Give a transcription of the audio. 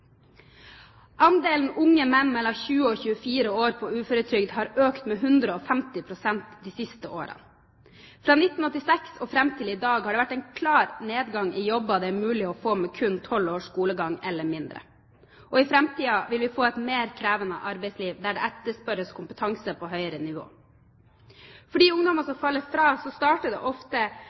Andelen unge menn mellom 20 og 24 år på uføretrygd har økt med 150 pst. de siste årene. Fra 1986 og fram til i dag har det vært en klar nedgang i jobber det er mulig å få med kun 12 års skolegang eller mindre. I framtiden vil vi få et mer krevende arbeidsliv der det etterspørres kompetanse på høyere nivå. For de ungdommene som faller fra, starter det ofte